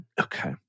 Okay